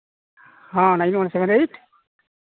ᱦᱮᱸ nine one seven eight